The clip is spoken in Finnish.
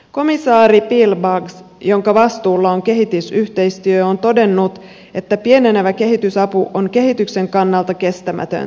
komissaari piebalgs jonka vastuulla on kehitysyhteistyö on todennut että pienenevä kehitysapu on kehityksen kannalta kestämätöntä